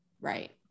Right